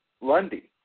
Lundy